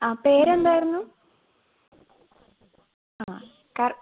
ആ പേരെന്തായിരുന്നു ആ കർ